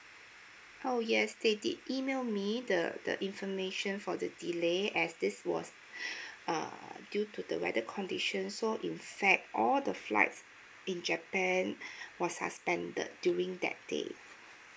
oh yes they did email me the the information for the delay as this was err due to the weather condition so in fact all the flights in japan was suspended during that day